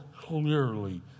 clearly